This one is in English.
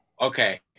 okay